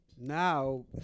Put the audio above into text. now